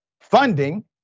funding